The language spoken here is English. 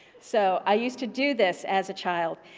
so i used to do this as a child.